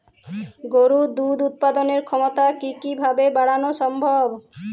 গরুর দুধ উৎপাদনের ক্ষমতা কি কি ভাবে বাড়ানো সম্ভব?